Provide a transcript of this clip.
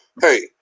Hey